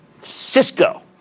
Cisco